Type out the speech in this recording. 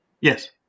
Yes